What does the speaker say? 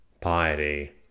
Piety